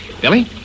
Billy